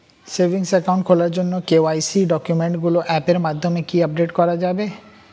Savings account খোলার জন্য KYC ডকুমেন্টগুলো অ্যাপের মাধ্যমে কি আপডেট করা যাবে?